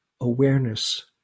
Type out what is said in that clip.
awareness